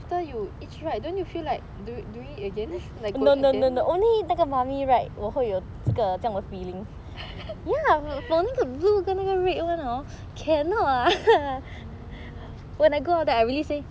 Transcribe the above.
you each ride don't you feel like doing it again like going again